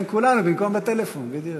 ביקש